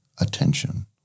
attention